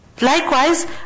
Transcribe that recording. likewise